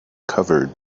covered